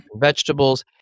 vegetables